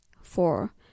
Four